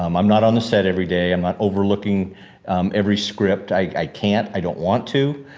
um i'm not on the set every day, i'm not overlooking every script. i can't, i don't want to,